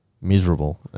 Miserable